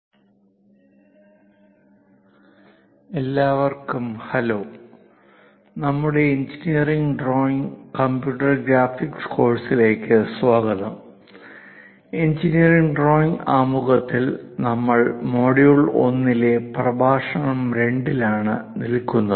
പ്രഭാഷണം 02 എഞ്ചിനീയറിംഗ് ഡ്രോയിംഗിന്റെ ആമുഖം II എല്ലാവര്ക്കും ഹലോ നമ്മുടെ എഞ്ചിനീയറിംഗ് ഡ്രോയിംഗ് കമ്പ്യൂട്ടർ ഗ്രാഫിക്സ് കോഴ്സിലേക്ക് സ്വാഗതം എഞ്ചിനീയറിംഗ് ഡ്രോയിംഗ് ആമുഖത്തിൽ നമ്മൾ മൊഡ്യൂൾ 1 ഇലെ പ്രഭാഷണം 2ൽ ആണ് നില്കുന്നത്